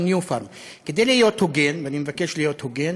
ומקדם.